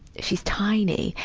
she's tiny.